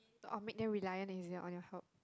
or make them reliant is it on your help